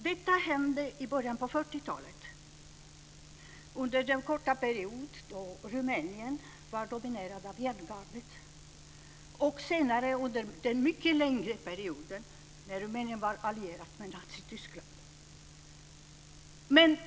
Detta hände i början av 40-talet under den korta period då Rumänien var dominerad av järngardet och senare under den mycket längre perioden när Rumänien var allierat med Nazityskland.